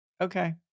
Okay